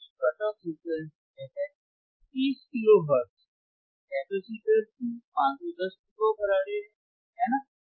उच्च cut off frequency fH 30 kilo hertz है capacitor C 510 pico farad है है ना